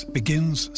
begins